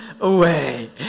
away